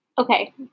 Okay